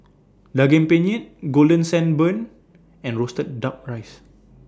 Daging Penyet Golden Sand Bun and Roasted Duck Rice